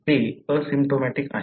ते असिम्प्टोमॅटिक आहेत